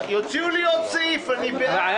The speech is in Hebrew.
יוציאו לי עוד סעיף אני בעד.